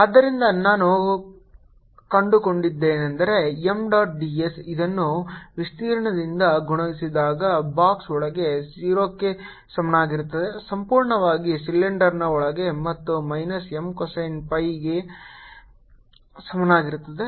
ಆದ್ದರಿಂದ ನಾವು ಕಂಡುಕೊಂಡದ್ದೇನೆಂದರೆ M ಡಾಟ್ ds ಇದನ್ನು ವಿಸ್ತೀರ್ಣದಿಂದ ಗುಣಿಸಿದಾಗ ಬಾಕ್ಸ್ ಒಳಗೆ 0 ಕ್ಕೆ ಸಮನಾಗಿರುತ್ತದೆ ಸಂಪೂರ್ಣವಾಗಿ ಸಿಲಿಂಡರ್ನ ಒಳಗೆ ಮತ್ತು ಮೈನಸ್ M cosine phi ಗೆ ಸಮಾನವಾಗಿರುತ್ತದೆ